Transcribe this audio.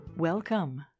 Welcome